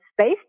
space